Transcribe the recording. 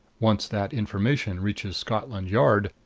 once that information reaches scotland yard,